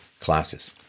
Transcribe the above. classes